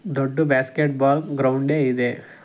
ದೊಡ್ಡ basketball ಗ್ರೌಂಡೇ ಇದೆ